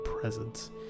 presence